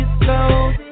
slow